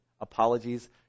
apologies